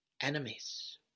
enemies